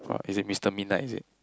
is it Mister Midnight is it